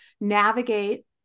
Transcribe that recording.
navigate